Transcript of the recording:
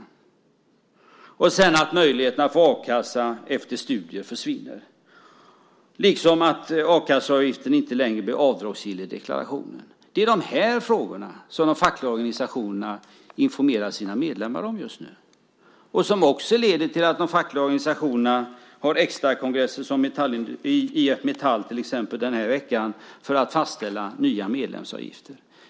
Sedan gäller det också att möjligheterna att få a-kassa efter studier försvinner liksom att a-kasseavgiften inte längre blir avdragsgill i deklarationen. Det är de frågorna som de fackliga organisationerna informerar sina medlemmar om just nu. Det leder också till att de fackliga organisationerna har extrakongresser, som till exempel IF Metall den här veckan, för att fastställa nya medlemsavgifter.